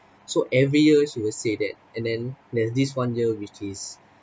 so every year she will say that and then there's this one year which is